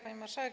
Pani Marszałek!